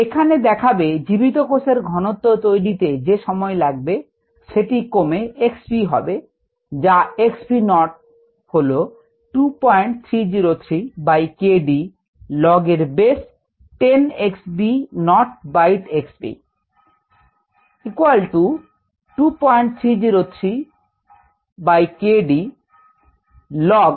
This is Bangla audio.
এখানে দেখাবে জীবিত কোষ এর ঘনত্ব তৈরিতে যে সময় লাগবে সেটি কমে x v হবে যা x v naught হল 2303 বাই k d log এর base 10 x v naught বাই x v